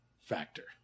factor